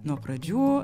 nuo pradžių